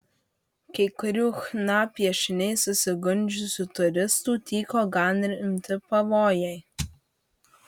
kai kurių chna piešiniais susigundžiusių turistų tyko gan rimti pavojai